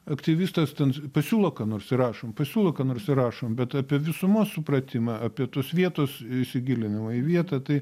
aktyvistas ten pasiūlo ką nors įrašom pasiūlo ką nors įrašom bet apie visumos supratimą apie tos vietos įsigilinimą į vietą tai